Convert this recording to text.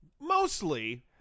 Mostly